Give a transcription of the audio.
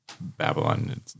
Babylon